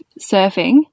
surfing